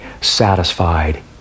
satisfied